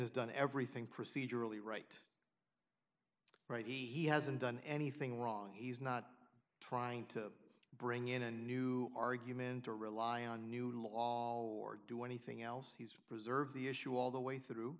has done everything procedurally right right he he hasn't done anything wrong he's not trying to bring in a new argument or rely on new law or do anything else he's preserves the issue all the way through